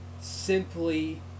simply